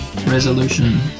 resolution